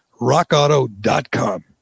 rockauto.com